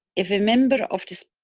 if a member of the